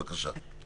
בבקשה.